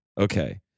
Okay